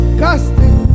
casting